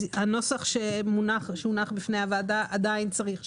הנוסח שהונח בפני הוועדה עדיין צריך שינויים.